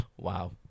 Wow